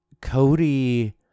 Cody